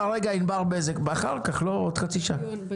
רבה.